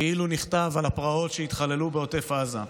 כאילו נכתב על הפרעות שהתחוללו בעוטף עזה.